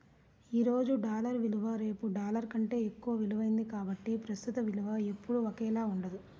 ఈ రోజు డాలర్ విలువ రేపు డాలర్ కంటే ఎక్కువ విలువైనది కాబట్టి ప్రస్తుత విలువ ఎప్పుడూ ఒకేలా ఉండదు